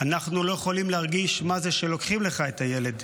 אנחנו לא יכולים להרגיש מה זה כשלוקחים לך את הילד.